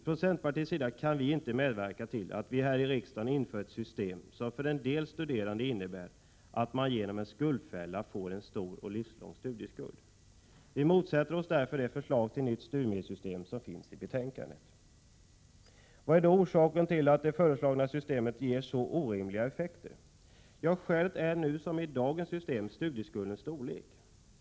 Från centerpartiets sida kan vi inte medverka till att riksdagen inför ett system som för en del studerande innebär att man genom en skuldfälla får en stor och livslång studieskuld. Vi motsätter oss därför det förslag till nytt studiemedelssystem som finns i betänkandet. Vad är då orsaken till att det föreslagna systemet ger så orimliga effekter? Jo, skälet är nu som i dagens system studieskuldens storlek.